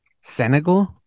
Senegal